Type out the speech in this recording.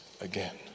again